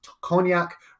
cognac